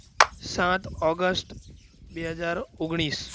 સાત ઓગસ્ટ બે હજાર ઓગણીસ